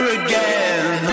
again